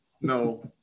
no